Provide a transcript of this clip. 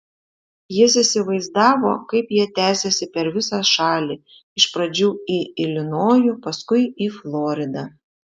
jis įsivaizdavo kaip jie tęsiasi per visą šalį iš pradžių į ilinojų paskui į floridą